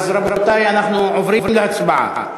אז, רבותי, אנחנו עוברים להצבעה.